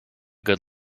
good